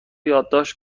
یادداشت